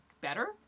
better